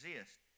exist